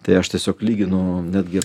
tai aš tiesiog lyginu netgi